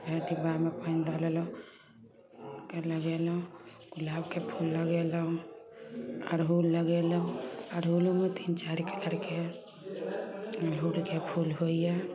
फेर डिब्बामेे पानि लऽ लेलहुँ ओइके लगेलहुँ गुलाबके फूल लगेलहुँ अरहुल लगेलहुँ अरहुलोमे तीन चारि कलरके अरहुलके फूल होइए